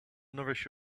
nourish